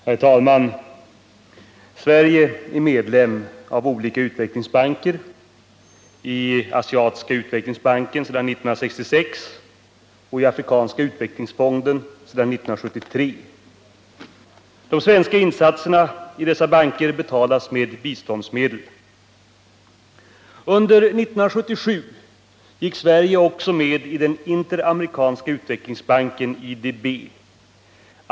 Herr talman! Sverige är medlem i olika utvecklingsbanker — i Asiatiska utvecklingsbanken sedan 1966 och i Afrikanska utvecklingsfonden sedan 1973. De svenska insatserna i dessa banker betalas med biståndsmedel. Under 1977 gick Sverige också med i den Interamerikanska utvecklingsbanken, IDB.